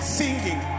singing